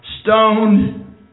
stoned